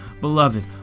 beloved